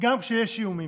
גם כשיש איומים.